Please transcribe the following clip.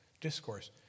discourse